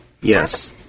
yes